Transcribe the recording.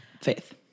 faith